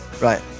Right